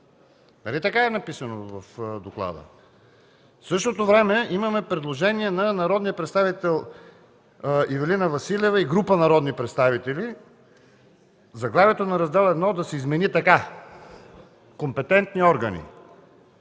Нали така е написано в доклада? В същото време имаме предложение от народния представител Ивелина Василева и група народни представители заглавието на Раздел І да се измени така: „Компетентни органи“.